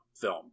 film